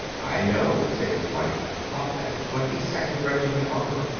i know, said his wife up at the twenty-second regiment armory.